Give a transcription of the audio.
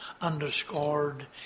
underscored